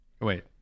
Wait